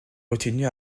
continue